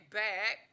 back